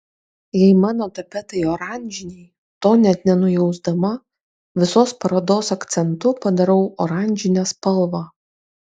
jei mano tapetai oranžiniai to net nenujausdama visos parodos akcentu padarau oranžinę spalvą